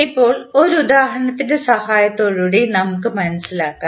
ഇപ്പോൾ ഒരു ഉദാഹരണത്തിൻറെ സഹായത്തോടെ നമുക്ക് മനസ്സിലാക്കാം